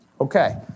Okay